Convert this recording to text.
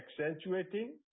accentuating